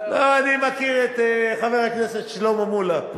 לא, אני מכיר את חבר הכנסת שלמה מולה.